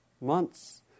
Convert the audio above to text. months